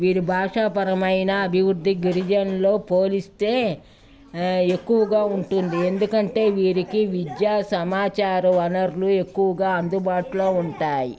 వీరు భాషాపరమైన అభివృద్ధి గిరిజనులతో పోలిస్తే ఎక్కువగా ఉంటుంది ఎందుకంటే వీరికి విద్యా సమాచార వనరులు ఎక్కువగా అందుబాటులో ఉంటాయి